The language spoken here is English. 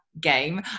game